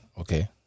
Okay